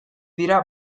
dira